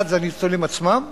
אחד זה הניצולים עצמם,